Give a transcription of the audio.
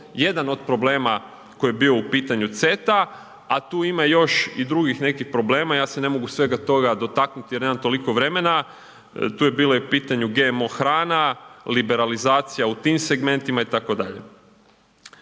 jedan od problema koji je bio u pitanju CETA, a tu ima još i nekih drugih problema, ja se ne mogu svega toga dotaknuti jer nemam toliko vremena. Tu je bilo u pitanju i GMO hrana, liberalizacija u tim segmentima itd.